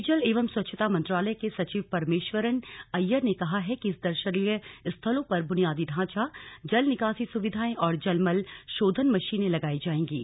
पेयजल एवं स्वच्छता मंत्रालय के सचिव परमेश्वरन अय्यर ने कहा कि इन दर्शनीय स्थलों पर बुनियादी ढांचा जल निकासी सुविधाएं और जलमल शोधन मशीनें लगाई जाएगीं